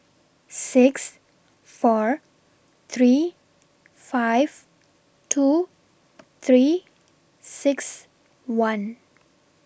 six four three five two three six one